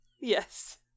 Yes